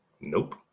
Nope